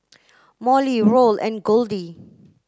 Molly Roll and Goldie